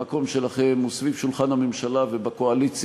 המקום שלכם הוא סביב שולחן הממשלה ובקואליציה,